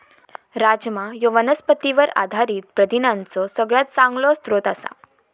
राजमा ह्यो वनस्पतींवर आधारित प्रथिनांचो सगळ्यात चांगलो स्रोत आसा